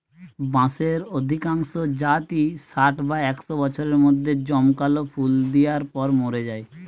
বাঁশের অধিকাংশ জাতই ষাট বা একশ বছরের মধ্যে জমকালো ফুল দিয়ার পর মোরে যায়